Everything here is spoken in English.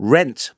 Rent